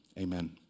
Amen